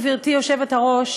גברתי היושבת-ראש,